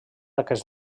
aquest